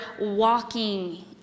walking